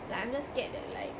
like I'm just scared that like